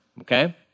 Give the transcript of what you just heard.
okay